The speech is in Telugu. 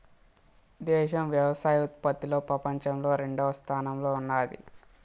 దేశం వ్యవసాయ ఉత్పత్తిలో పపంచంలో రెండవ స్థానంలో ఉన్నాది